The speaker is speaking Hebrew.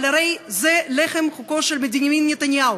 אבל הרי זה לחם חוקו של בנימין נתניהו,